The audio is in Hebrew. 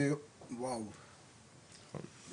אם